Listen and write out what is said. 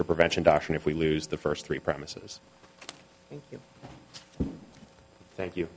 for prevention doctrine if we lose the first three premises thank you